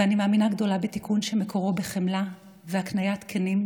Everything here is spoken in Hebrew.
ואני מאמינה גדולה בתיקון שמקורו בחמלה והקניית כלים,